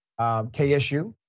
KSU